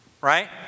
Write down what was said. right